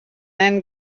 then